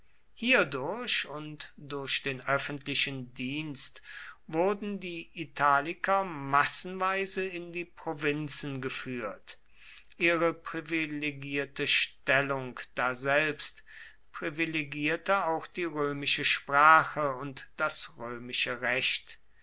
hierdurch und durch den öffentlichen dienst wurden die italiker massenweise in die provinzen geführt ihre privilegierte stellung daselbst privilegierte auch die römische sprache und das römische recht